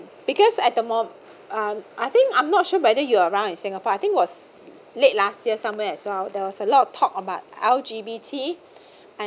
because at the mom~ um I think I'm not sure whether you around in singapore I think was late last year somewhere as well there was a lot of talk about L_G_B_T and